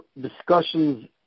discussions